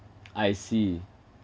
I see